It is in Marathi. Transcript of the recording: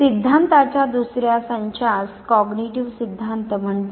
सिद्धांतांच्या दुसर्या संचास संज्ञानात्मक सिद्धांत म्हणतात